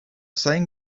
saying